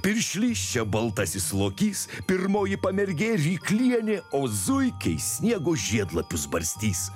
piršlys čia baltasis lokys pirmoji pamergė ryklienė o zuikiai sniego žiedlapius barstys